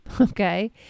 Okay